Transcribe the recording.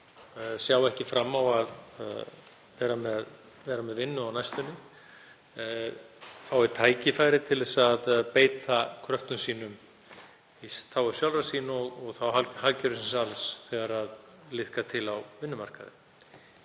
sjá ekki fram á að vera með vinnu á næstunni, fái tækifæri til að beita kröftum sínum í þágu sjálfra sín og þá hagkerfisins alls þegar léttir til á vinnumarkaði.